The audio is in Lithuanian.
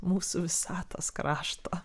mūsų visatos krašto